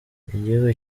igihugu